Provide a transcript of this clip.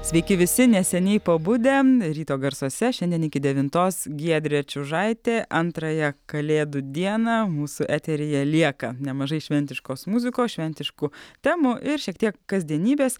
sveiki visi neseniai pabudę ryto garsuose šiandien iki devintos giedrė čiužaitė antrąją kalėdų dieną mūsų eteryje lieka nemažai šventiškos muzikos šventiškų temų ir šiek tiek kasdienybės